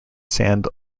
sand